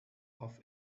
off